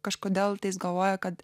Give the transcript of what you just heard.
kažkodėl tais galvoja kad